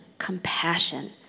compassion